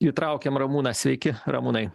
įtraukėm ramūną sveiki ramūnai